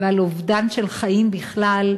ועל אובדן של חיים בכלל,